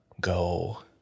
go